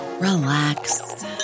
Relax